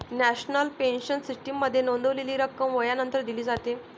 national pension सिस्टीममध्ये नोंदवलेली रक्कम वयानंतर दिली जाते